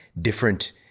different